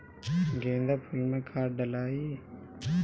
गेंदा फुल मे खाद डालाई?